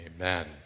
Amen